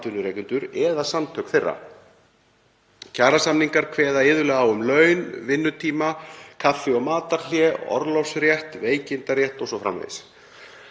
eða samtök þeirra. Kjarasamningar kveða iðulega á um laun, vinnutíma, kaffi- og matarhlé, orlofsrétt, veikindarétt o.s.frv.